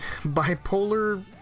bipolar